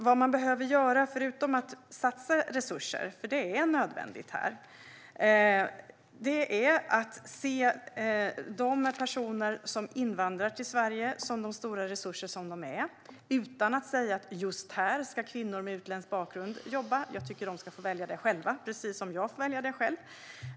Vad man behöver göra förutom att satsa resurser - det är nödvändigt - är att se de personer som invandrar till Sverige som de stora resurser som de är, utan att säga att just här ska kvinnor med utländsk bakgrund jobba. Jag tycker att de ska få välja det själva, precis som jag får välja det själv.